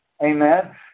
Amen